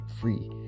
free